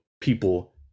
people